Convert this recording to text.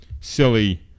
silly